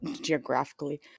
geographically